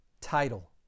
title